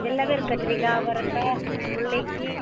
எல்லாமே இருக்குது கத்தரிக்கா அவரக்காய் முள்ளங்கி